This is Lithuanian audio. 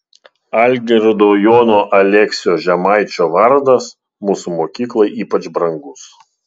algirdo jono aleksio žemaičio vardas mūsų mokyklai ypač brangus